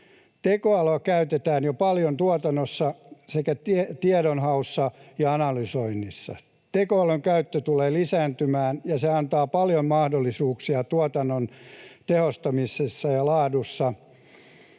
Tekoälyä käytetään jo paljon tuotannossa sekä tiedon haussa ja analysoinnissa. Tekoälyn käyttö tulee lisääntymään, ja se antaa paljon mahdollisuuksia tuotannon tehostamisessa ja laadussa